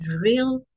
real